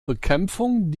bekämpfung